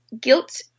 guilt